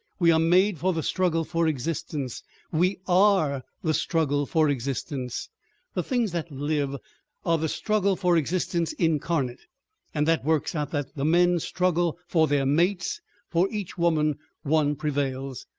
we are made for the struggle for existence we are the struggle for existence the things that live are the struggle for existence incarnate and that works out that the men struggle for their mates for each woman one prevails.